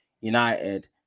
United